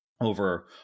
over